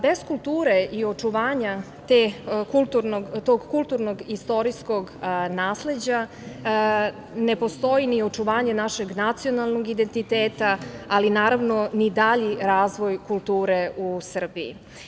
Bez kulture i očuvanja tog kulturnog istorijskog nasleđa, ne postoji ni očuvanje našeg nacionalnog identiteta, ali naravno ni dalji razvoj kulture u Srbiji.